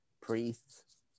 priests